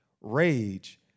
rage